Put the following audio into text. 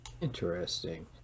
Interesting